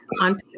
on